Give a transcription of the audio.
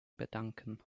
bedanken